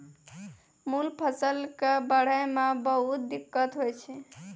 मूल फसल कॅ बढ़ै मॅ बहुत दिक्कत होय छै